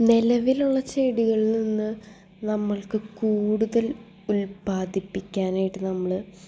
നിലവിലുള്ള ചെടികളിൽ നിന്ന് നമ്മൾക്ക് കൂടുതൽ ഉൽപാദിപ്പിക്കാനയിട്ട് നമ്മൾ